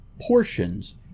portions